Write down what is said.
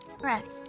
Correct